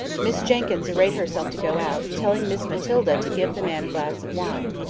miss jenkyns arrayed herself to go out, telling miss matilda to give the man a glass of wine.